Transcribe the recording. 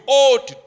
ought